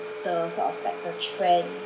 the sort of like a trend